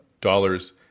dollars